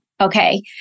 Okay